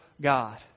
God